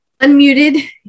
Unmuted